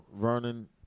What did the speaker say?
Vernon